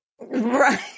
Right